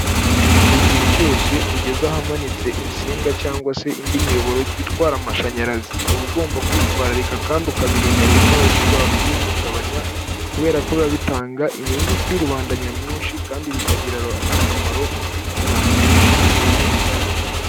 Igihe cyose ugeze ahamanitse insinga cyangwa se indi miyoboro itwara amashanyarazi, uba ugomba kwitwararika kandi ukabirinda buri umwe wese ushobora kubihungabanya, kubera ko biba bitanga inyungu kuri rubanda nyamwinshi kandi bikagirira akamaro ku bantu benshi mu buryo rusange.